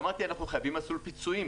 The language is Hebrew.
ואמרתי שאנחנו חייבים מסלול פיצויים,